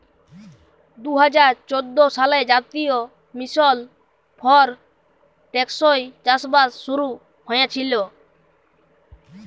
দু হাজার চোদ্দ সালে জাতীয় মিশল ফর টেকসই চাষবাস শুরু হঁইয়েছিল